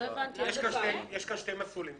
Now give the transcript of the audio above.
יש כאן שני מסלולים.